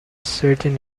certain